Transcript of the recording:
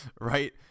right